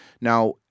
Now